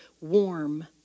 warm